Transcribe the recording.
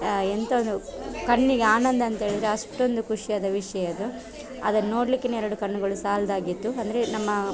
ಎಂಥ ಒಂದು ಕಣ್ಣಿಗೆ ಆನಂದ ಅಂತ್ಹೇಳಿದ್ರೆ ಅಷ್ಟೊಂದು ಖುಷಿಯಾದ ವಿಷಯ ಅದು ಅದನ್ನು ನೋಡ್ಲಿಕ್ಕೆ ಎರಡು ಕಣ್ಣುಗಳು ಸಾಲದಾಗಿತ್ತು ಅಂದರೆ ನಮ್ಮ